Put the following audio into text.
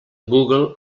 google